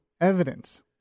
evidence